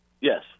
Yes